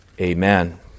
Amen